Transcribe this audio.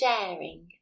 sharing